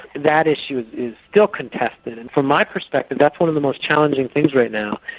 that issue is still contested and from my perspective that's one of the most challenging things right now.